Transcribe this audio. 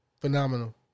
Phenomenal